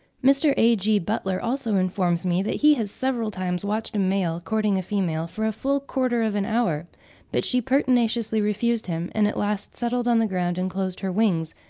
mr. a g. butler also informs me that he has several times watched a male courting a female for a full quarter of an hour but she pertinaciously refused him, and at last settled on the ground and closed her wings,